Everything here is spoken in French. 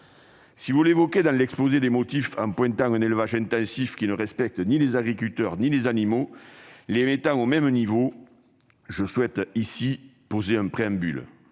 Si vous l'évoquez dans l'exposé des motifs en pointant un élevage intensif, qui ne respecte ni les agriculteurs ni les animaux, les mettant ainsi au même niveau, je souhaite poser ici un préambule